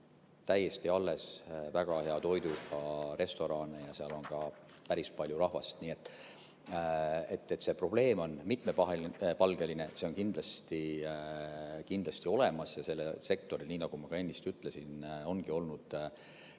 täiesti alles väga hea toiduga restorane ning seal on ka päris palju rahvast. See probleem on mitmepalgeline. See on kindlasti olemas ja sellel sektoril, nii nagu ma ennist ütlesin, ongi olnud